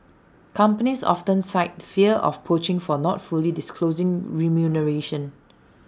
companies often cite fear of poaching for not fully disclosing remuneration